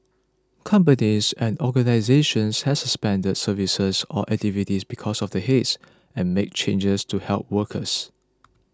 companies and organisations has suspended services or activities because of the haze and made changes to help workers